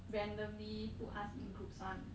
randomly put us in groups [one]